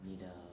你的